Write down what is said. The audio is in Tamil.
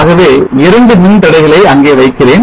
ஆகவே 2 மின் தடைகளை அங்கே வைக்கிறேன்